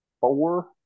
four